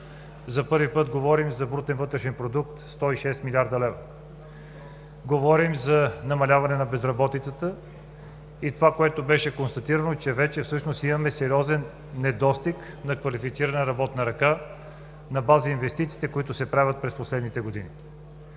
За първи път говорим за брутен вътрешен продукт 106 млрд. лв.; говорим за намаляване на безработицата и това, което вече беше констатирано, че всъщност вече имаме сериозен недостиг на квалифицирана работна ръка на база инвестициите, които се правят през последните години.